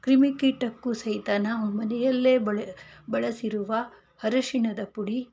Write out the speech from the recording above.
ಕ್ರಿಮಿ ಕೀಟಕ್ಕೂ ಸಹಿತ ನಾವು ಮನೆಯಲ್ಲೇ ಬಳಸಿರುವ ಅರಿಶಿನದ ಪುಡಿ